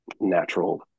natural